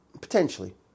Potentially